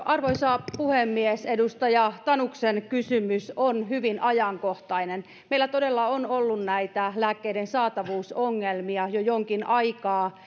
arvoisa puhemies edustaja tanuksen kysymys on hyvin ajankohtainen meillä todella on ollut näitä lääkkeiden saatavuusongelmia jo jonkin aikaa